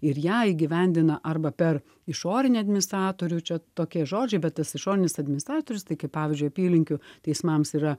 ir ją įgyvendina arba per išorinį administratorių čia tokie žodžiai bet tas išorinis administratorius tai kaip pavyzdžiui apylinkių teismams yra